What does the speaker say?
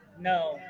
No